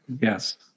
yes